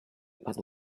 but